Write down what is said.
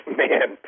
man